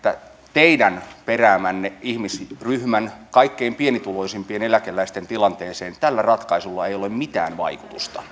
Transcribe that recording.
teidän peräämänne ihmisryhmän kaikkein pienituloisimpien eläkeläisten tilanteeseen tällä ratkaisulla ei ole mitään